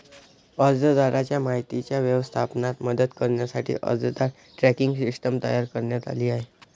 अर्जदाराच्या माहितीच्या व्यवस्थापनात मदत करण्यासाठी अर्जदार ट्रॅकिंग सिस्टीम तयार करण्यात आली आहे